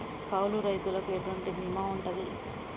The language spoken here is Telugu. కౌలు రైతులకు ఎటువంటి బీమా ఉంటది?